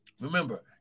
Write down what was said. Remember